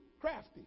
Crafty